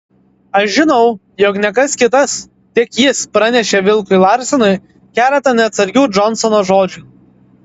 aš žinau jog ne kas kitas tik jis pranešė vilkui larsenui keletą neatsargių džonsono žodžių